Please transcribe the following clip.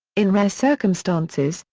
in rare circumstances,